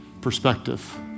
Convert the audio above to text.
perspective